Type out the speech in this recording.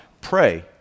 pray